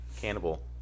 cannibal